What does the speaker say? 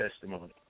testimony